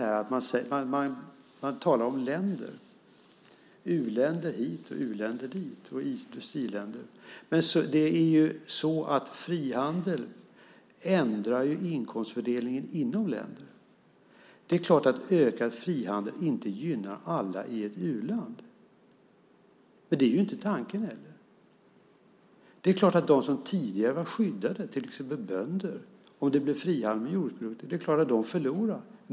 Man talar om länder, u-länder hit och u-länder dit och om industriländer. Men det är så att frihandel ändrar inkomstfördelningen inom länderna. Det är klart att ökad frihandel inte gynnar alla i ett u-land. Men det är inte tanken heller. Det är klart att de som tidigare var skyddade, till exempel bönder, förlorar om det blir frihandel inom jordbruket.